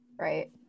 right